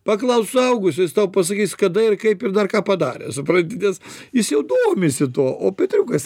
paklausk suaugusio jis tau pasakys kada ir kaip ir dar ką padarė supranti nes jis jau domisi tuo o petriukas